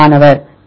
மாணவர் T